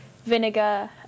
vinegar